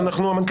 להגיד